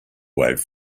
wave